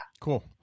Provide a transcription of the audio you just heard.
Cool